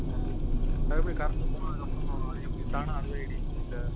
சரி அது எப்படி கரண்ட்டு போனதுக்கப்புறம் அது எப்படி தானாக அதுவே எரியுமா இல்லை